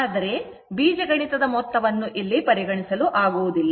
ಆದರೆ ಬೀಜಗಣಿತ ಮೊತ್ತವನ್ನು ಪರಿಗಣಿಸಲು ಆಗುವದಿಲ್ಲ